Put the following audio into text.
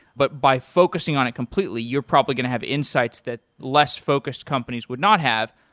but by focusing on it completely, you're probably going to have insights that less focused companies would not have.